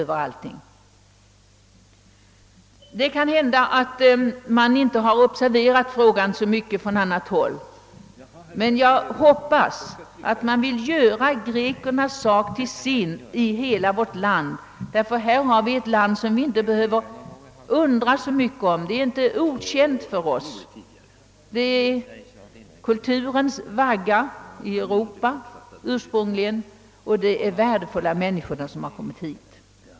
Vi vet att Grekland är det land i Europa där kulturens vagga stod, och de som kommit hit från Grekland måste betraktas som värdefulla människor.